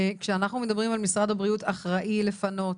וכשאנחנו מדברים על משרד הבריאות אחראי לשנות,